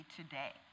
today